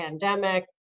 pandemic